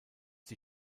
die